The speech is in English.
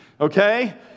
okay